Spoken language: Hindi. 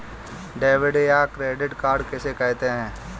डेबिट या क्रेडिट कार्ड किसे कहते हैं?